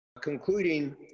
concluding